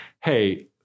hey